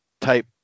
type